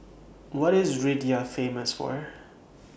What IS Riyadh Famous For